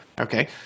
Okay